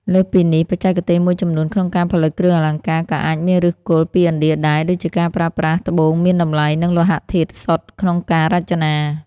លើសពីនេះ បច្ចេកទេសមួយចំនួនក្នុងការផលិតគ្រឿងអលង្ការ ក៏អាចមានឫសគល់ពីឥណ្ឌាដែរ ដូចជាការប្រើប្រាស់ត្បូងមានតម្លៃ និងលោហៈធាតុសុទ្ធក្នុងការរចនា។